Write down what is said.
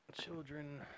Children